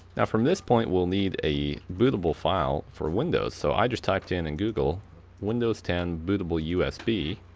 now from this point we'll need a bootable file for windows so i just typed in in google windows ten bootable usb,